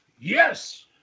Yes